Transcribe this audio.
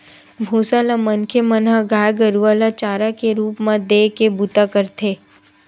भूसा ल मनखे मन ह गाय गरुवा ल चारा के रुप म देय के बूता करथे